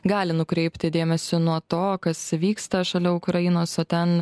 gali nukreipti dėmesį nuo to kas vyksta šalia ukrainos o ten